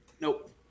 Nope